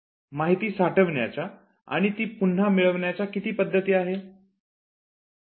माहिती साठविण्याच्या आणि ती पुन्हा मिळवन्याच्या किती पद्धती आहे